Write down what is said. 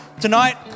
tonight